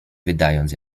wydając